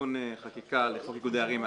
תיקון חקיקה לחוק איגודי ערים מ-2017.